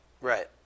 Right